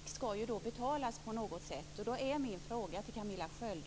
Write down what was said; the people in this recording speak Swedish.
Herr talman! Den aktiva politiken skall ju betalas på något sätt. Och då är min fråga till Camilla Sköld: